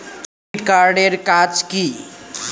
Credit card এর কাজ কি?